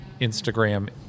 Instagram